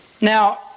Now